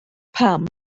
pam